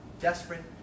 desperate